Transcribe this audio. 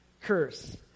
curse